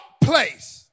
place